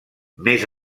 més